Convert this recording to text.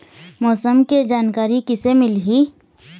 मौसम के जानकारी किसे मिलही?